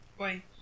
Oi